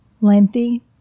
lengthy